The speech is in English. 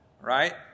Right